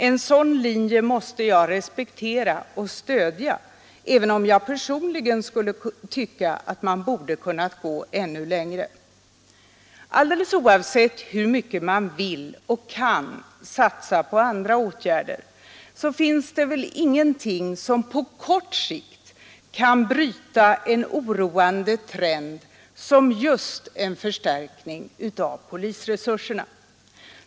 En sådan linje måste jag respektera och stödja, även om jag personligen skulle tycka att man borde ha kunnat gå ännu längre. Nr 106 Alldeles oavsett hur mycket man vill och kan satsa på andra åtgärder Fredagen den finns det väl ingenting som på kort sikt kan bryta denna oroande trend 1 juni 1973 på samma sätt som just en förstärkning av polisresurserna.